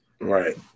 Right